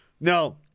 No